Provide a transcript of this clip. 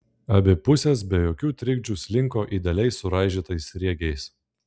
abi pusės be jokių trikdžių slinko idealiai suraižytais sriegiais